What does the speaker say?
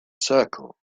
circle